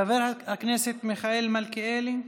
חבר הכנסת מיכאל מלכיאלי,